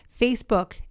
Facebook